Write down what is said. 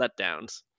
letdowns